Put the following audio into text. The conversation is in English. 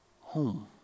home